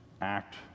act